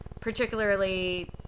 particularly